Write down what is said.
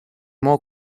more